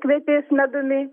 kvepės medumi